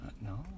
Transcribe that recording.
no